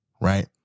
right